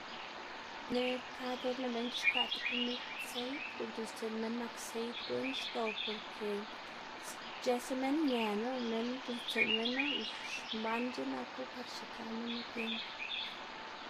Neꞌg kad or lëꞌ minn c̲h̲ixkwaꞌ tib komid seid, guꞌn c̲h̲uꞌnnstsiꞌn minn nak seid guꞌn xdo porke ic̲h̲ësa minn ñelaná minn c̲h̲uꞌnnstsiꞌn minu y mbanc̲h̲a naku par xikaꞌ minnu tiend.